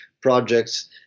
projects